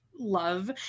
love